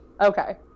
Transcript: Okay